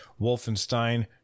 Wolfenstein